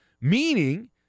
meaning